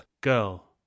Girl